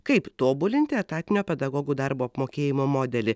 kaip tobulinti etatinio pedagogų darbo apmokėjimo modelį